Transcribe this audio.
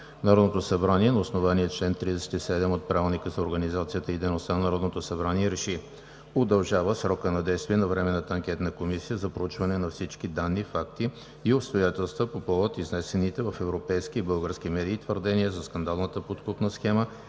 Народното събрание на основание чл. 37 от Правилника за организацията и дейността на Народното събрание РЕШИ: Удължава срока за действие на удължаване срока на Временната анкетна комисия за проучване на всички данни, факти и обстоятелства по повод изнесените в европейски и български медии твърдения за скандалната подкупна схема